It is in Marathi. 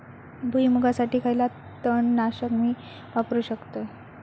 भुईमुगासाठी खयला तण नाशक मी वापरू शकतय?